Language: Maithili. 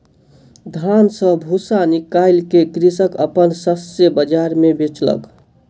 धान सॅ भूस्सा निकाइल के कृषक अपन शस्य बाजार मे बेचलक